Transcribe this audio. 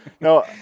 No